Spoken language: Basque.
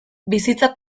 bizitza